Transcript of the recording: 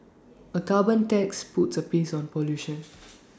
A carbon tax puts A price on pollution